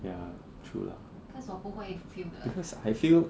ya true lah because I feel